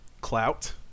clout